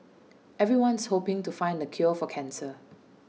everyone's hoping to find the cure for cancer